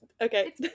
Okay